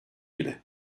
bile